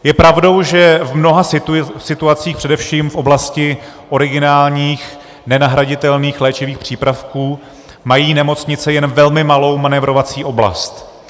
Je pravdou, že v mnoha situacích, především v oblasti originálních nenahraditelných léčivých přípravků, mají nemocnice jen velmi malou manévrovací oblast.